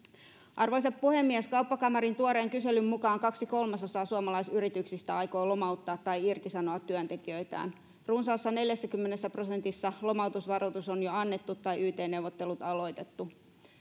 arvoisa puhemies kauppakamarin tuoreen kyselyn mukaan kaksi kolmasosaa suomalaisyrityksistä aikoo lomauttaa tai irtisanoa työntekijöitään runsaassa neljässäkymmenessä prosentissa lomautusvaroitus on jo annettu tai yt neuvottelut aloitettu